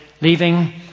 leaving